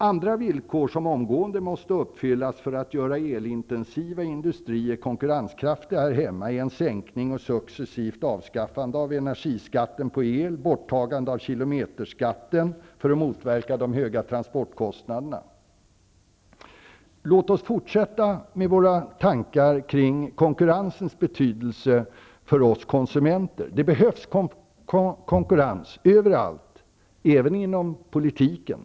Andra villkor som omgående måste uppfyllas för att göra elintensiva industrier konkurrenskraftiga här hemma är en sänkning och successivt avskaffande av energiskatten på el och borttagande av kilometerskatten, för att motverka de höga transportkostnaderna. Låt mig fortsätta med våra tankar kring konkurrensens betydelse för oss konsumenter. Det behövs konkurrens överallt, även inom politiken.